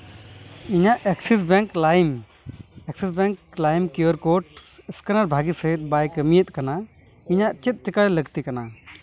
ᱤᱧᱟᱹᱜ Axis Bank Lime Axis Bank Lime QR code scanner ᱵᱷᱟᱹᱜᱤ ᱥᱟᱺᱦᱤᱡ ᱵᱟᱭ ᱠᱟᱹᱢᱤᱭᱮᱫ ᱠᱟᱱᱟ ᱤᱧᱟᱹᱜ ᱪᱮᱫ ᱪᱤᱠᱟᱹᱭ ᱞᱟᱹᱠᱛᱤ ᱠᱟᱱᱟ